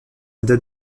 date